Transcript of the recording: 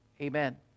Amen